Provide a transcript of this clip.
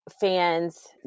fans